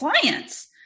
clients